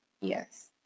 Yes